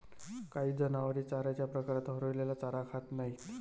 काही जनावरे चाऱ्याच्या प्रकारात हरवलेला चारा खात नाहीत